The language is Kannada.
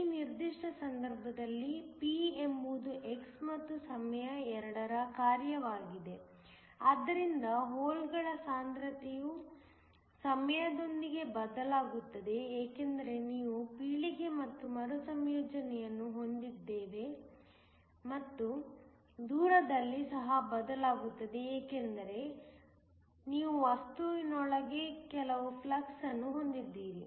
ಈ ನಿರ್ದಿಷ್ಟ ಸಂದರ್ಭದಲ್ಲಿ p ಎಂಬುದು x ಮತ್ತು ಸಮಯ ಎರಡರ ಕಾರ್ಯವಾಗಿದೆ ಆದ್ದರಿಂದ ಹೋಲ್ಗಳ ಸಾಂದ್ರತೆಯು ಸಮಯದೊಂದಿಗೆ ಬದಲಾಗುತ್ತದೆ ಏಕೆಂದರೆ ನಾವು ಪೀಳಿಗೆ ಮತ್ತು ಮರುಸಂಯೋಜನೆಯನ್ನು ಹೊಂದಿದ್ದೇವೆ ಮತ್ತು ದೂರದಲ್ಲಿಯೂ ಸಹ ಬದಲಾಗುತ್ತದೆ ಏಕೆಂದರೆ ನೀವು ವಸ್ತುವಿನೊಳಗೆ ಕೆಲವು ಫ್ಲಕ್ಸ್ ಅನ್ನು ಹೊಂದಿದ್ದೀರಿ